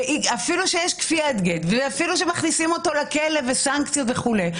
אפילו שיש כפיית גט ואפילו שמכניסים אותו לכלא ויש עליו סנקציות וכולי,